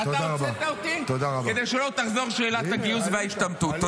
-- ואתה הוצאת אותי כדי שלא תחזור שאלת הגיוס וההשתמטות.